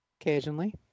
Occasionally